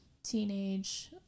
Teenage